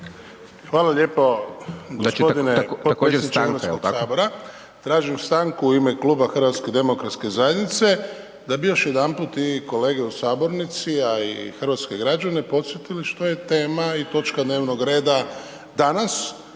stanka, jel tako? **Šuker, Ivan (HDZ)** Tražim stanku u ime Kluba Hrvatske demokratske zajednice da bi još jedanput i kolege u Sabornici, a i hrvatske građane podsjetili što je tema i točke dnevnog reda danas,